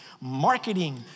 marketing